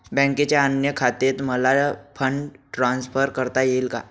बँकेच्या अन्य शाखेत मला फंड ट्रान्सफर करता येईल का?